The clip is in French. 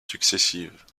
successives